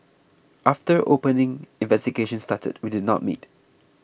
after opening investigations started we did not meet